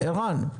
עירן,